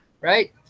right